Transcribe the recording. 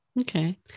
Okay